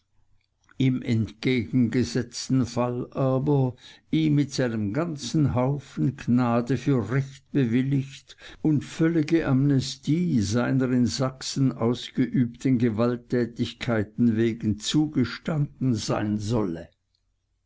im entgegengesetzten fall aber ihm mit seinem ganzen haufen gnade für recht bewilligt und völlige amnestie seiner in sachsen ausgeübten gewalttätigkeiten wegen zugestanden sein solle